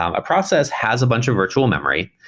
um a process has a bunch of virtual memory,